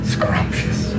Scrumptious